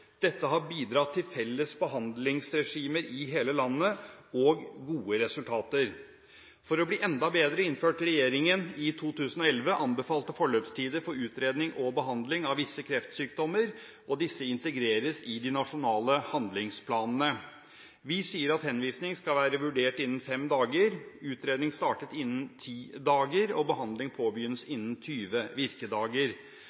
Dette har bidratt til felles behandlingsregimer i hele landet og gode resultater. For å bli enda bedre innførte regjeringen i 2011 anbefalte forløpstider for utredning og behandling av visse kreftsykdommer, og disse integreres i de nasjonale handlingsplanene. Vi sier at henvisning skal være vurdert innen fem dager, utredning skal være startet innen ti dager og behandling